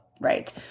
Right